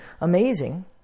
amazing